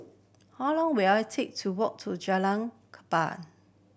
how long will it take to walk to Jalan Kapal